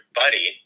buddy